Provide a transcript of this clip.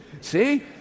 See